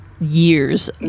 years